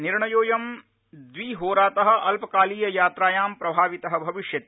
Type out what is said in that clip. निर्णयोऽयं द्विहोरात अल्पकालीय यात्रायां प्रभावित भविष्यति